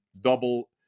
double